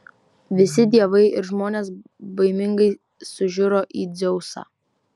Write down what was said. visi dievai ir žmonės baimingai sužiuro į dzeusą